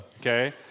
Okay